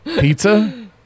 Pizza